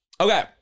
Okay